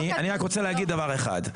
אני רק רוצה לומר דבר אחד.